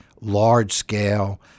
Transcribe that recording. large-scale